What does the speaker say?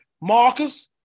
Marcus